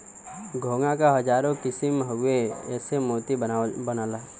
घोंघा क हजारो किसम हउवे एसे मोती बनला